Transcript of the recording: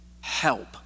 help